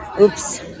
Oops